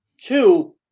Two